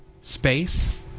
space